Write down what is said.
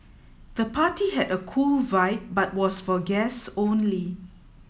the party had a cool vibe but was for guests only